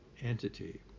entity